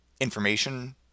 information